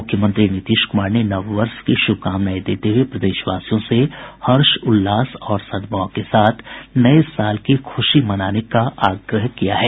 मुख्यमंत्री नीतीश कुमार ने नव वर्ष की शुभकामना देते हुये प्रदेशवासियों से हर्ष उल्लास और सद्भाव के साथ नये साल की खूशी मनाने का आग्रह किया है